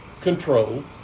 control